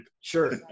Sure